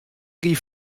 gie